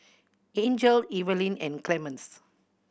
Angel Evaline and Clemens